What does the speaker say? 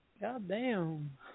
Goddamn